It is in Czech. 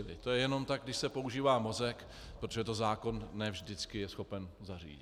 To je jenom tak, když se používá mozek, protože to zákon ne vždycky je schopen zařídit.